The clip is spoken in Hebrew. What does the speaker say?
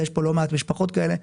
ויש פה לא מעט משפחות כאלה,